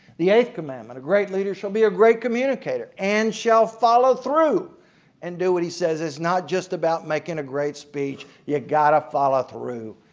the eighth commandment a great leader shall be a great communicator and shall follow through and do what he says. is not just about making a great speech, you've got to follow through.